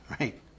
right